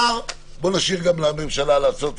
בוא נשאיר גם לממשלה לעשות את השאר,